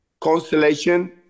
Constellation